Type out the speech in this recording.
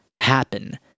happen